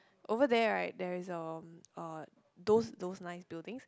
over there right there is a um those those nice buildings